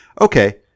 okay